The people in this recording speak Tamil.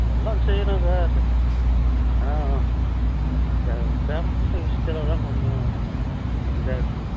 இதெல்லாம் செய்யறோம் சார் ஆ ஆனால் இந்த பேமெண்ட் விஷயத்துலதான் கொஞ்சம் இதாக இருக்கு